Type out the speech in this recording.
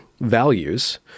values